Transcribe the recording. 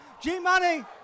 G-Money